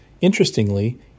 Interestingly